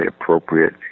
appropriate